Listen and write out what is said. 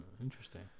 Interesting